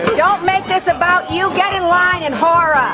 don't make this about you. get in line and ha!